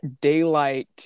daylight